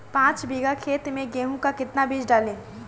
पाँच बीघा खेत में गेहूँ का कितना बीज डालें?